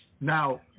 Now